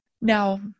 Now